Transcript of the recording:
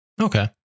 Okay